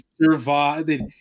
survived